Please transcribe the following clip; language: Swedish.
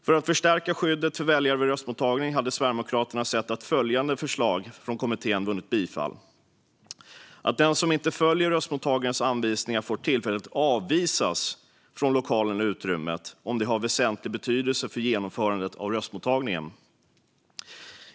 För att förstärka skyddet för väljare vid röstmottagning hade Sverigedemokraterna velat se att följande förslag från kommittén vunnit bifall: "Den som inte följer röstmottagarnas anvisningar får tillfälligt avvisas från lokalen, utrymmet . om det har väsentlig betydelse för genomförandet av röstmottagningen."